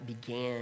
began